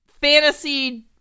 fantasy